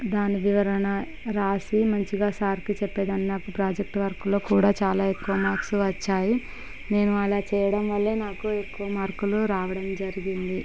దాని వివరణ రాసి మంచిగా సారుకు చెప్పేదాన్ని నాకు ప్రాజెక్ట్ వర్కులో కూడా చాలా ఎక్కువ మార్కులు వచ్చాయి నేను అలా చేయడం వల్ల నాకు ఎక్కువ మార్కులు రావడం జరిగింది